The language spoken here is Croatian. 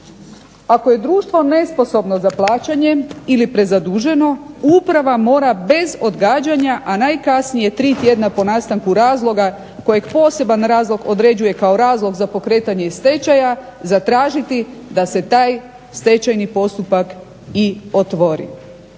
Ako je društvo nesposobno za plaćanje ili prezaduženo uprava mora bez odgađanja a najkasnije tri tjedna po nastanku razloga kojeg poseban razlog određuje kao razlog za pokretanje stečaja zatražiti da se taj stečajni postupak i otvori.